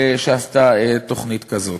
שעשתה תוכנית כזאת.